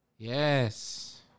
Yes